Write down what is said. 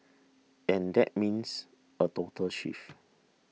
and that means a total shift